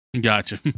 Gotcha